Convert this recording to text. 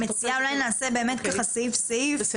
"סימון" - סימון בשבב כמשמעותו בסעיף 4 לחוק להסדרת הפיקוח על כלבים,